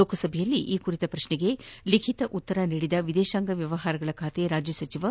ಲೋಕಸಭೆಯಲ್ಲಿ ಈ ಕುರಿತ ಪ್ರಕ್ಷನಗೆ ಲಿಬಿತ ಉತ್ತರ ನೀಡಿದ ವಿದೇತಾಂಗ ವ್ಯವಹಾರ ಖಾತೆ ರಾಜ್ಜ ಸಚಿವ ವಿ